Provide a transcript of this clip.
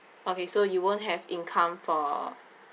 okay so you won't have income for